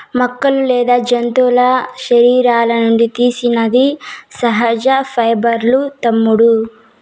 మొక్కలు లేదా జంతువుల శరీరాల నుండి తీసినది సహజ పైబర్లూ తమ్ముడూ